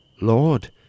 Lord